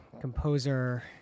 composer